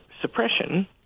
suppression